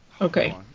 Okay